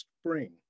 spring